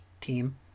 team